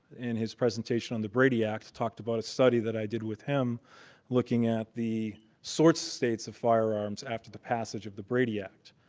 in his presentation on the brady act, talked about a study that i did with him looking at the source states of firearms after the passage of the brady act.